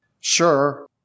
Sure